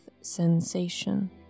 sensation